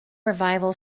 revival